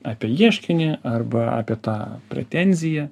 apie ieškinį arba apie tą pretenziją